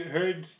heard